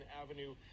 avenue